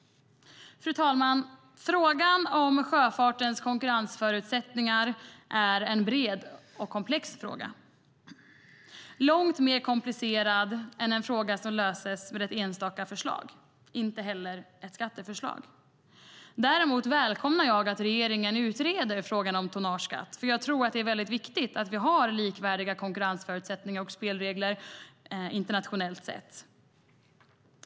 Fru talman! Frågan om sjöfartens konkurrensförutsättningar är en bred och komplex fråga. Den är mycket komplicerad och löses inte genom ett enstaka förslag och inte heller genom ett skatteförslag. Däremot välkomnar jag att regeringen utreder frågan om tonnageskatt, för jag tror att det är viktigt att vi har likvärdiga konkurrensförutsättningar och spelregler internationellt sett.